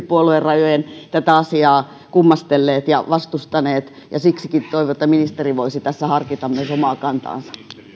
puoluerajojen tätä asiaa kummastellut ja vastustanut ja siksikin toivon että ministeri voisi tässä harkita myös omaa kantaansa